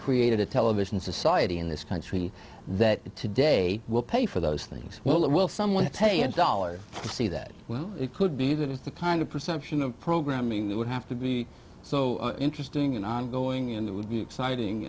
created a television society in this country that today will pay for those things well or will someone take a dollar to see that well it could be that is the kind of perception of programming that would have to be so interesting an ongoing and that would be exciting